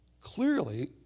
Clearly